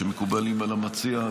שמקובלים על המציע,